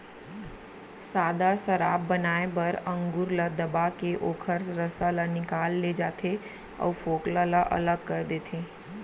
सादा सराब बनाए बर अंगुर ल दबाके ओखर रसा ल निकाल ले जाथे अउ फोकला ल अलग कर देथे